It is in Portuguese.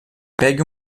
pegue